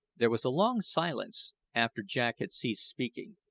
there was a long silence after jack had ceased speaking,